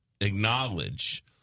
acknowledge